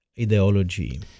Ideology